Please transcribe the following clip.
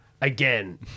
again